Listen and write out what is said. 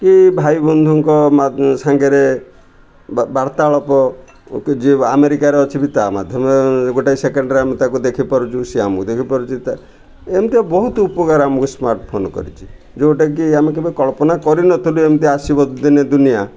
କି ଭାଇବନ୍ଧୁଙ୍କ ସାଙ୍ଗରେ ବାର୍ତ୍ତାଳପ କି ଯିଏ ଆମେରିକାର ଅଛି ବି ତା ମାଧ୍ୟମରେ ଗୋଟେ ସେକେଣ୍ଡରେ ଆମେ ତାକୁ ଦେଖିପାରୁଛୁ ସିଏ ଆମକୁ ଦେଖିପାରୁଛି ତା ଏମିତିଆ ବହୁତ ଉପକାର ଆମକୁ ସ୍ମାର୍ଟଫୋନ୍ କରିଛି ଯେଉଁଟାକି ଆମେ କେବେ କଳ୍ପନା କରିନଥିଲୁ ଏମିତି ଆସିବ ଦିନେ ଦୁନିଆ